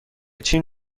چین